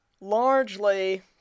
Largely